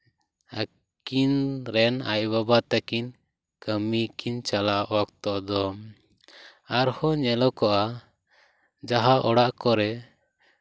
ᱟᱹᱠᱤᱱ ᱨᱮᱱ ᱟᱭᱳ ᱵᱟᱵᱟ ᱛᱟᱹᱠᱤᱱ ᱠᱟᱹᱢᱤ ᱠᱤᱱ ᱪᱟᱞᱟᱣ ᱚᱠᱛᱚ ᱫᱚ ᱟᱨᱦᱚᱸ ᱧᱮᱞᱚᱠᱚᱜᱼᱟ ᱡᱟᱦᱟᱸ ᱚᱲᱟᱜ ᱠᱚᱨᱮ